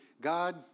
God